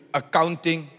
accounting